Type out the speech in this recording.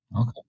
Okay